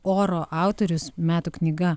oro autorius metų knyga